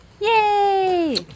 Yay